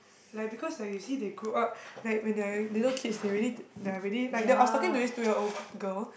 like because like you see they grew up like when they're like little kids they already they're already like I was talking to this two year old girl